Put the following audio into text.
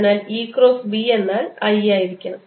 അതിനാൽ E cross B എന്നാൽ i ആയിരിക്കണം